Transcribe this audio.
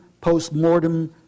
postmortem